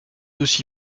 aussi